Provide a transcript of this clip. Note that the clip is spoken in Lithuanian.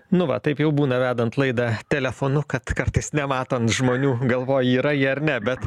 nu va taip jau būna vedant laidą telefonu kad kartais nematant žmonių galvoji yra jie ar ne bet